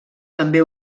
també